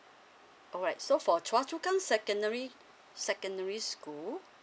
alright so for chua chu kang secondary secondary school